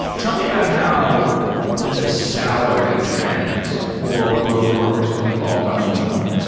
tell me about how the salary trends for remote workers have evolved on moonlight,